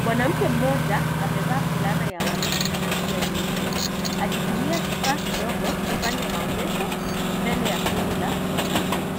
Mwanamke mmoja, amevaa fulana ya waridi na kofia nyeupe, akitumia kifaa kidogo, kufanya maonyesho mbele ya kundi la wanaume.